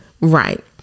Right